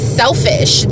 selfish